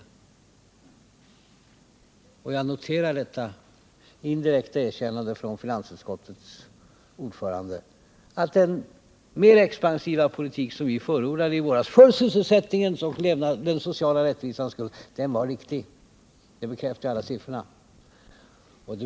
Jag noterar detta indirekta erkännande från finansutskottets ordförande, att den mer expansiva politik som vi förordade i våras för sysselsättningens och den sociala rättvisans skull var riktig. Det bekräftar ju också alla siffrorna.